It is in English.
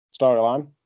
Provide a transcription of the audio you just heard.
Storyline